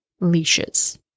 leashes